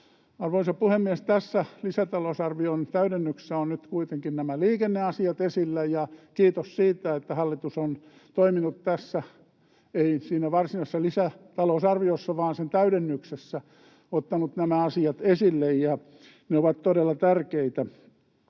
Arvoisa puhemies! Tässä lisätalousarvion täydennyksessä ovat nyt kuitenkin nämä liikenneasiat esillä, ja kiitos siitä, että hallitus on toiminut tässä — ei varsinaisessa lisäta-lousarviossa vaan sen täydennyksessä — ja ottanut nämä asiat esille. Ne ovat todella tärkeitä.